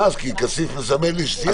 אה, כי כסיף מסמן לי שסיימת.